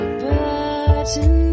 button